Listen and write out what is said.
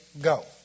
go